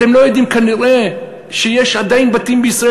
אתם לא יודעים כנראה שיש עדיין בתים בישראל